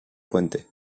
puente